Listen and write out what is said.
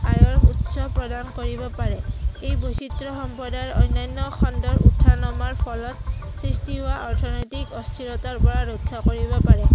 আয় উৎস প্ৰদান কৰিব পাৰে এই বৈচিত্ৰ সম্প্ৰদায়ৰ অন্যান্য খণ্ডৰ উঠা নমাৰ ফলত সৃষ্টি হোৱা অৰ্থনৈতিক অস্থিৰতাৰ পৰা ৰক্ষা কৰিব পাৰে